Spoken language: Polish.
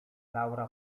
laura